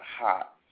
hot